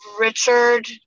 Richard